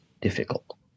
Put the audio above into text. difficult